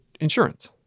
insurance